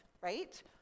right